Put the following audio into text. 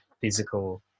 physical